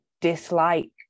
dislike